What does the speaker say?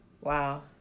Wow